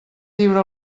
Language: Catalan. lliura